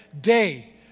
Day